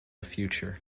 future